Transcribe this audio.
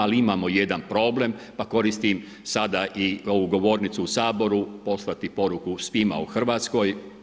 Ali imamo jedan problem, pa koristim sada i ovu govornicu sada u Saboru, poslati poruku svima u Hrvatskoj.